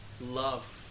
Love